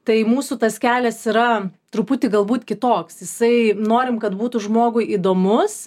tai mūsų tas kelias yra truputį galbūt kitoks jisai norim kad būtų žmogui įdomus